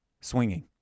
swinging